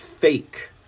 fake